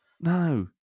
No